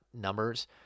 numbers